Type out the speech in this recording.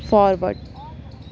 forward